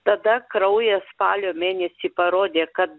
tada kraujas spalio mėnesį parodė kad